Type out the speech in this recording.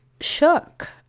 shook